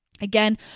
Again